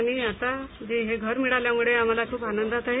आणि आता जे हे घर मिळाल्या मुळे आम्हाला ख्रप आनंदात आहे